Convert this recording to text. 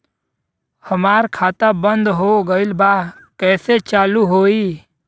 हमार खाता बंद हो गईल बा कैसे चालू होई?